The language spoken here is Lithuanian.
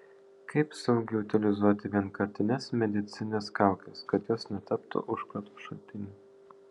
kaip saugiai utilizuoti vienkartines medicinines kaukes kad jos netaptų užkrato šaltiniu